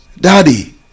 Daddy